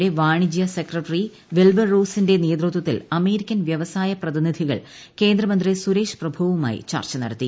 അമേരിക്കയുടെ വാണിജ്യ secretary Wilbur റോസ്റ്റിന്റെ നേതൃത്വത്തിൽ അമേരിക്കൻ വൃവസായ പ്രതിനിധികൾ കേന്ദ്രമന്ത്രി സുരേഷ് പ്രഭുവുമായി ചർച്ച നടത്തി